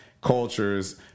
cultures